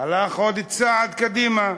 הלך עוד צעד קדימה: